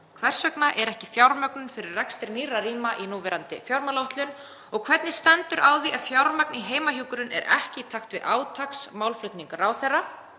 Hvers vegna er ekki fjármögnun fyrir rekstri nýrra rýma í núverandi fjármálaáætlun? Hvernig stendur á því að fjármagn í heimahjúkrun er ekki í takt við átaksmálflutning ráðherra?